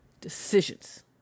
decisions